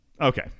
Okay